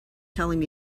telling